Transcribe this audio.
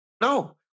No